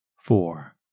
four